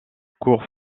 cours